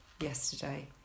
yesterday